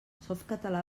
softcatalà